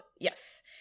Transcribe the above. yes